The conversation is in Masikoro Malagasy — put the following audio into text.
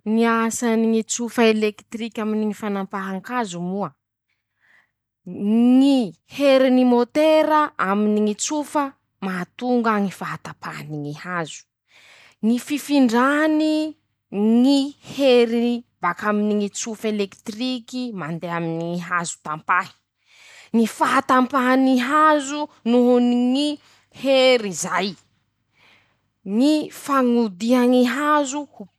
Ñy asany ñy tsofa elekitiriky aminy ñy fanampahan-kazo moa. ñy heriny môtera aminy ñy tsofa mahatonga ñy fahatampahany ñy hazo; ñy fifindrany ñy heriny bakaminy ñy tsofa elekitiriky mandeha aminy ñy hazo tampahy; ñy fahatampahany hazo nohony ñy hery zay; ñy fañodiha ñy hazo potipotiky.